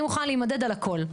אני מוכנה להימדד על הכול.